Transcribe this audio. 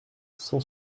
cent